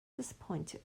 disappointed